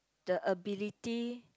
the ability